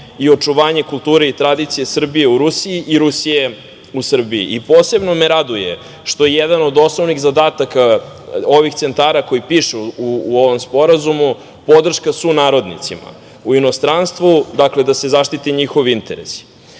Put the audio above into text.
i očuvanje kulture i tradicije Srbije u Rusiji i Rusije u Srbiji. Posebno me raduje što je jedan od osnovnih zadataka ovih centara koji piše u ovom sporazumu podrška sunarodnicima u inostranstvu. Dakle, da se zaštite njihovi